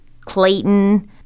Clayton